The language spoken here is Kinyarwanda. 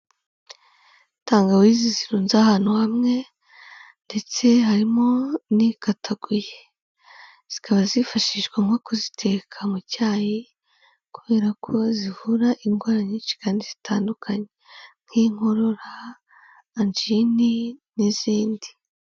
Tangawizi zirunze ahantu hamwe ndetse harimo n'ikataguye. Zikaba zifashishwa nko kuziteka mu cyayi kubera ko zivura indwara nyinshi kandi zitandukanye nk'inkorora, anjini n'izindi.